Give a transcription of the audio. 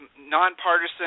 nonpartisan